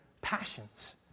passions